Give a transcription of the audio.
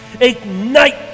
Ignite